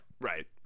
right